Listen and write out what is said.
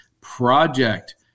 project